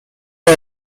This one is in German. der